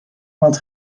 weld